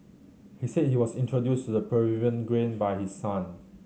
he said he was introduced the Peruvian grain by his son